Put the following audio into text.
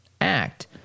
act